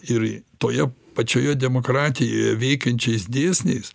ir toje pačioje demokratijoje veikiančiais dėsniais